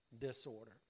disorder